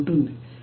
propane 9